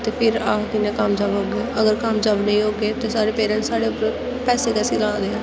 ते फिर अस कि'यां कामजाब होग्गे अगर कामजाब नेईं होग्गे ते साढ़े पेरैटंस साढ़े उप्पर पैसे कैस्सी ला दे ऐं